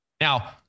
Now